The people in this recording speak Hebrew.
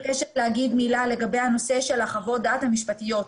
אני מבקשת להגיד מילה לגבי הנושא של חוות הדעת המשפטיות.